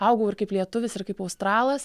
augau ir kaip lietuvis ir kaip australas